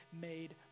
made